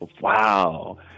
Wow